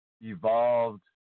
evolved